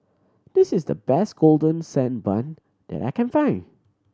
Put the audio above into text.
this is the best Golden Sand Bun that I can find